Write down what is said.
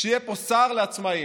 שיהיה פה שר לעצמאים,